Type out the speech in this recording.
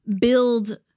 build